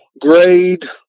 grade